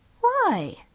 Why